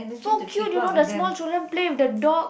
so cute you know the small children play with the dog